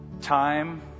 time